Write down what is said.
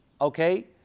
okay